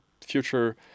future